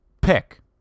pick